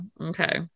okay